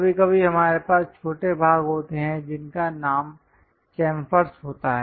कभी कभी हमारे पास छोटे भाग होते हैं जिनका नाम चैंफर्स होता है